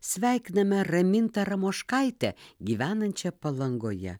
sveikiname ramintą ramoškaitę gyvenančią palangoje